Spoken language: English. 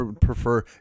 prefer